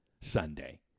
Sunday